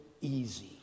easy